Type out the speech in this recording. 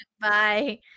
Bye